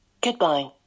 Goodbye